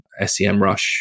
SEMrush